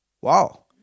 Wow